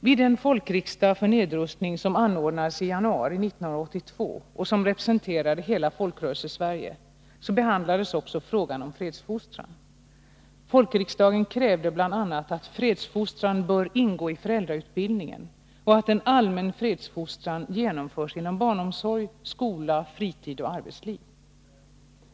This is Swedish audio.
Vid den folkriksdag för nedrustning som anordnades i januari 1982 och som representerade hela Folkrörelsesverige behandlades också frågan om fredsfostran. Folkriksdagen krävde bl.a. att fredsfostran skall ingå i föräldrautbildningen och att en allmän fredsfostran genomförs inom barnomsorg, skola, fritid och arbetsliv.